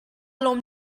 lawm